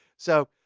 so,